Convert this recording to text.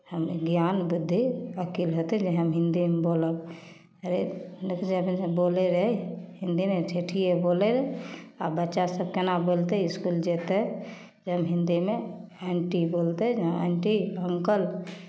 हम ज्ञान बुद्धि अकिल हेतै जे हम हिंदीमे बोलब अरे लोक जाइ बेरमे बोलै रहै हिंदीमे ठेठिए बोलै आ बच्चासभ केना बोलतै इसकुल जेतै जे हम हिंदीमे आंटी बोलतै जे हँ आंटी अंकल